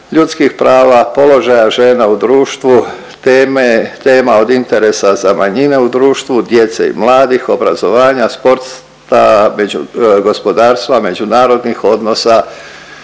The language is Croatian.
ljudskih prava, položaja žena u društvu, teme, tema od interesa za manjine u društvu, djece i mladih, obrazovanja, sporta, među… gospodarstva, međunarodnih odnosa